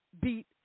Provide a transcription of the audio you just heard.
beat